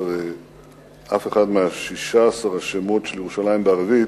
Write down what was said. אף אחד מ-16 השמות של ירושלים בערבית